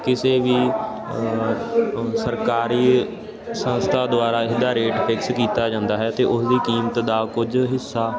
ਕਿਸੇ ਵੀ ਸਰਕਾਰੀ ਸੰਸਥਾ ਦੁਆਰਾ ਇਸ ਦਾ ਰੇਟ ਫਿਕਸ ਕੀਤਾ ਜਾਂਦਾ ਹੈ ਅਤੇ ਉਸ ਦੀ ਕੀਮਤ ਦਾ ਕੁਝ ਹਿੱਸਾ